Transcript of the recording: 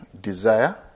Desire